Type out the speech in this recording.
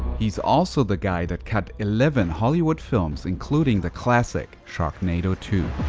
he's also the guy that cut eleven hollywood films including the classic, sharknado two.